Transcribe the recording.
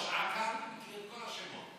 ראש אכ"א מכירה את כל השמות.